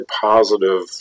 positive